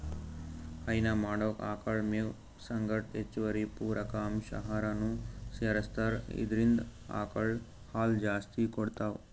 ಹೈನಾ ಮಾಡೊರ್ ಆಕಳ್ ಮೇವ್ ಸಂಗಟ್ ಹೆಚ್ಚುವರಿ ಪೂರಕ ಅಂಶ್ ಆಹಾರನೂ ಸೆರಸ್ತಾರ್ ಇದ್ರಿಂದ್ ಆಕಳ್ ಹಾಲ್ ಜಾಸ್ತಿ ಕೊಡ್ತಾವ್